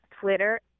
Twitter